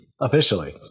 Officially